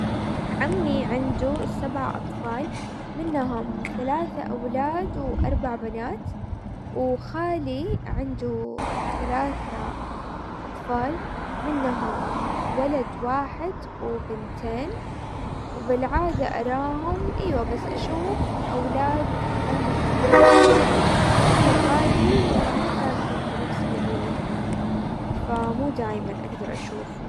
عمي عنده سبع اطفال، منهم ثلاثة اولاد واربع بنات، وخالي عنده ثلاثة اطفال، منهم ولد واحد وبنتين، وبالعادة اراهم ايوا بس اشوف اولاد عمي اكثر، لانه خالي مو ساكن بنفس مدينتنا فمو دايما اقدر اشوفه.